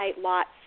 lots